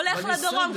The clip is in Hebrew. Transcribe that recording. הולך לדרום,